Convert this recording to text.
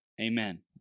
Amen